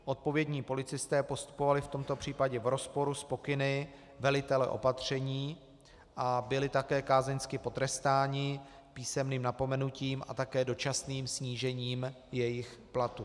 Odpovědní policisté postupovali v tomto případě v rozporu s pokyny velitele opatření a byli také kázeňsky potrestáni písemným napomenutím a také dočasným snížením jejich platu.